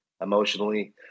emotionally